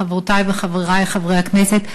חברותי וחברי חברי הכנסת,